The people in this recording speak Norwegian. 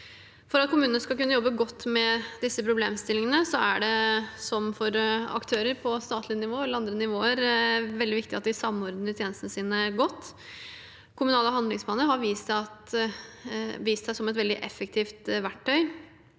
For at kommunene skal jobbe godt med disse problemstillingene, er det, som for aktører på statlig nivå eller andre nivåer, veldig viktig at de samordner tjenestene sine godt. Kommunale handlingsplaner har vist seg som et veldig effektivt verktøy